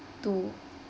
to